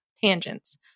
tangents